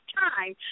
time